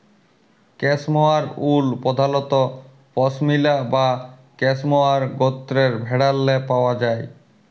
cashmere wool পধালত পশমিলা বা ক্যাসমোয়ার গত্রের ভেড়াল্লে পাউয়া যায়